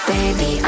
Baby